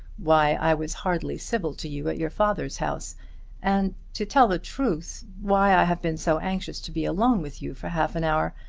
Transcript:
why i was hardly civil to you at your father's house and, to tell the truth, why i have been so anxious to be alone with you for half an hour.